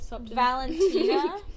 Valentina